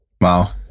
Wow